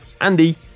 Andy